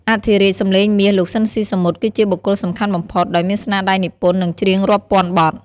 អធិរាជសំឡេងមាស លោក ស៊ីន ស៊ីសាមុត គឺជាបុគ្គលសំខាន់បំផុត ដោយមានស្នាដៃនិពន្ធ និងច្រៀងរាប់ពាន់បទ។